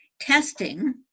Testing